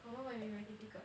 confirm gonna be very difficult